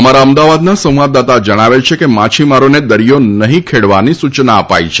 અમારા અમદાવાદના સંવદદાતા જણાવે છે કે માછીમારોને દરીયો નહીં ખેડવાની સૂચના અપાઈ છે